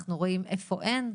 אנחנו רואים איפה אין.